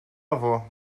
avó